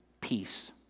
peace